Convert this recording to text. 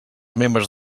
membres